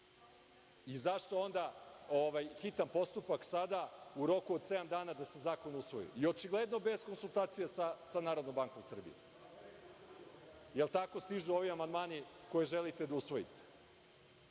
I zašto onda hitan postupak sada, u roku od sedam dana da se zakon usvoji, očigledno bez konsultacija sa Narodnom bankom Srbije? Jel tako? Stižu ovi amandmani koje želite da usvojite. Znači,